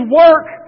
work